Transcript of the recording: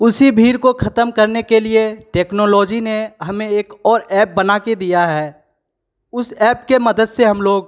उसी भीड़ को ख़त्म करने के लिए टेक्नोलॉजी ने हमें एक और ऐप्प बनाके दिया है उस ऐप्प के मदद से हम लोग